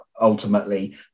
ultimately